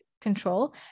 control